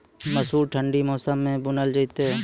मसूर ठंडी मौसम मे बूनल जेतै?